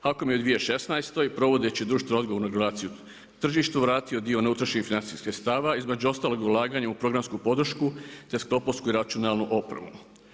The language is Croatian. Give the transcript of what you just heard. HAKOM je 2016. provodeći društveno odgovorno regulaciju tržištu vratio dio neutrošenih financijskih sredstava između ostalog ulaganja u programsku podršku, te sklopovsku i računalnu opremu.